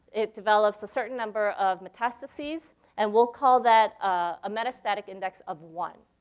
it develops a certain number of metastases and we'll call that a metastatic index of one.